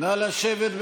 נא לשבת.